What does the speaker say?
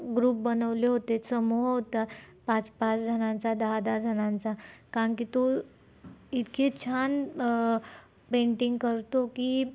group बनवले होते समूह होता पाच पाच जणांचा दहा दहा जणांचा कारण की तो इतके छान पेंटिंग करतो की